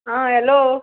आं हॅलो